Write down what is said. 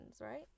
right